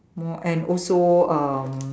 more and also um